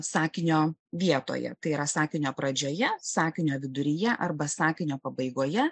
sakinio vietoje tai yra sakinio pradžioje sakinio viduryje arba sakinio pabaigoje